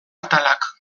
atalak